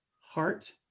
heart